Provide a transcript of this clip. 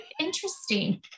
interesting